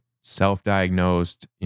self-diagnosed